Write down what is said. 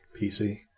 PC